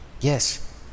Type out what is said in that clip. Yes